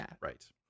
Right